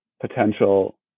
potential